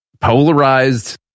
polarized